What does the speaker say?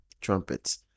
trumpets